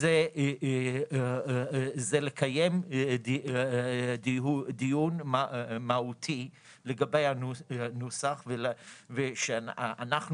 זה לקיים דיון מהותי לגבי הנוסח ושאנחנו